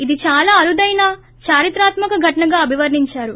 ఇది చాలా అరుదైన చారిత్రాత్మక ఘటనగా అభివర్ణించారు